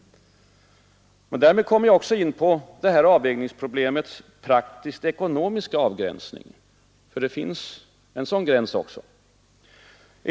Därmed kommer jag också in på avvägningsproblemets praktiskt ekonomiska avgränsning. För det finns en sådan gräns också.